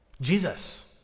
Jesus